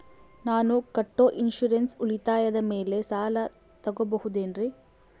ನಾನು ಕಟ್ಟೊ ಇನ್ಸೂರೆನ್ಸ್ ಉಳಿತಾಯದ ಮೇಲೆ ಸಾಲ ತಗೋಬಹುದೇನ್ರಿ?